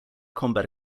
combat